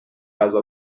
غذا